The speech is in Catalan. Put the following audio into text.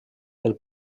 del